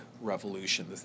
revolution